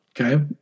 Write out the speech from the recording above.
Okay